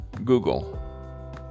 Google